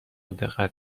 دقت